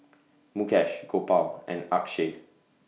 Mukesh Gopal and Akshay